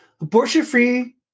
Abortion-free